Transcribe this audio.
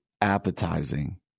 appetizing